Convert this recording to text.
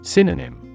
Synonym